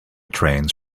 trains